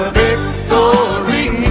victory